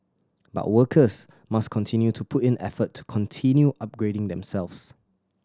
but workers must continue to put in effort to continue upgrading themselves